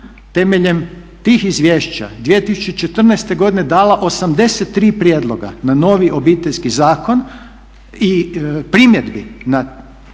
temeljem tih izvješća 2014. godine dala 83 prijedloga na novi Obiteljski zakon i primjedbi na